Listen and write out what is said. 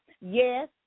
Yes